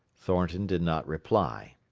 thornton did not reply.